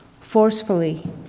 forcefully